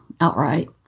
outright